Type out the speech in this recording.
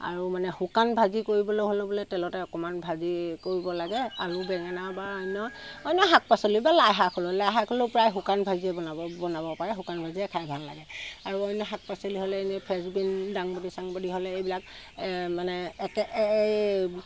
আৰু মানে শুকান ভাজি কৰিবলৈ হ'লেও মানে তেলতে অকণমান ভাজি কৰিব লাগে আলু বেঙেনা বা অন্য অন্য শাক পাচলি বা লাইশাক হ'লেও প্ৰায় শুকান ভাজিয়ে বনাব পাৰে শুকান ভাজিয়ে খাই ভাল লাগে আৰু অন্য শাক পাচলি হ'লে এনে ফেচবিন দাংবডি চাংবডি হ'লে এইবিলাক এই মানে একে এই